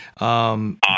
Awesome